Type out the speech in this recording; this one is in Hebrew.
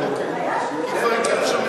שתהיה ועדה משולבת,